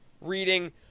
reading